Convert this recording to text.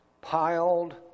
piled